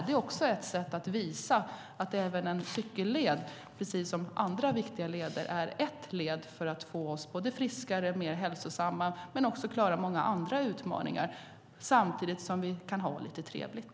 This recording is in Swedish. Det är ett sätt att visa att en cykelled, precis som andra leder, är viktig för att få oss friskare och hälsosammare så att vi klarar många andra utmaningar - samtidigt som vi har det lite trevligt.